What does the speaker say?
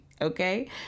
okay